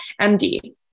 MD